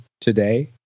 today